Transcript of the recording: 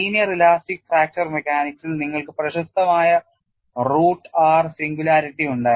linear elastic fracture മെക്കാനിക്സിൽ നിങ്ങൾക്ക് പ്രശസ്തമായ റൂട്ട് ആർ സിംഗുലാരിറ്റി ഉണ്ടായിരുന്നു